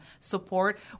support